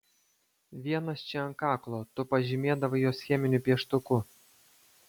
vienas čia ant kaklo tu pažymėdavai juos cheminiu pieštuku